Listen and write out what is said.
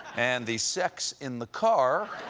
and the sex in the car.